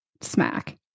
smack